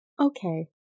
Okay